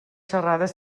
xerrades